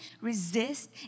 resist